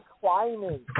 climbing